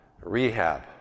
rehab